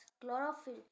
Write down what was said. chlorophyll